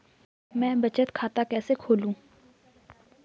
मैं बचत खाता कैसे खोलूँ?